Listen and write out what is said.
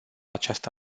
această